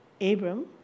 Abram